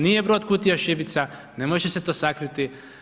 Nije brod kutija šibica, ne može se to sakriti.